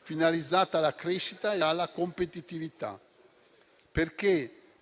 finalizzata alla crescita e alla competitività.